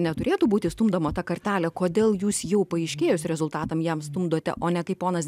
neturėtų būti stumdoma ta kartelė kodėl jūs jų paaiškėjus rezultatam jam stumdote o ne kaip ponas